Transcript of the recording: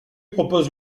propose